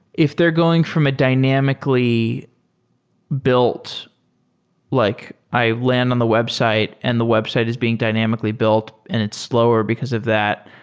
if they're going from a dynamically built like i land on the website and the website is being dynamically built and it's slower because of that.